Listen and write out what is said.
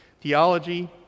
theology